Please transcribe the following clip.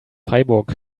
freiburg